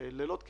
לילות כימים.